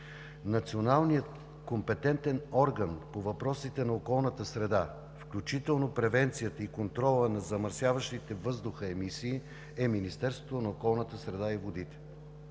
националният компетентен орган по въпросите на околната среда, включително превенцията и контрола на замърсяващите въздуха емисии, е Министерството на околната среда и водите.